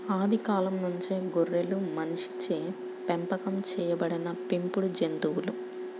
ఆది కాలం నుంచే గొర్రెలు మనిషిచే పెంపకం చేయబడిన పెంపుడు జంతువులు